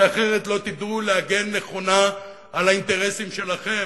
כי אחרת לא תדעו להגן נכונה על האינטרסים שלכם,